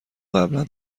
قبلا